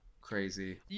crazy